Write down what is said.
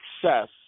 success